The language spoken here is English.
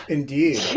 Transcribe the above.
Indeed